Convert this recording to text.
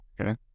okay